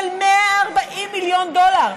של 140 מיליון דולר.